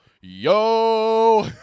yo